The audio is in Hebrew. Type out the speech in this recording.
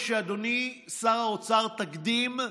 אדוני שר האוצר, ככל שתקדים,